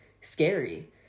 scary